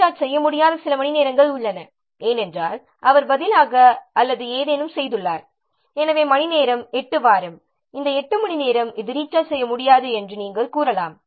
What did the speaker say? recharge செய்ய முடியாத சில மணிநேரங்கள் உள்ளன ஏனென்றால் அவர் பதிலாக அல்லது ஏதேனும் செய்துள்ளார் எனவே மணிநேரம் 8 வாரம் இந்த 8 மணிநேரம் இது ரீசார்ஜ் செய்ய முடியாதது என்று நாம் கூறலாம்